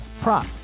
prop